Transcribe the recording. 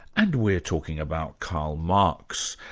and we're talking about karl marx.